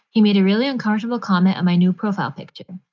he made a really uncomfortable comment on my new profile picture.